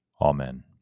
Amen